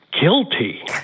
guilty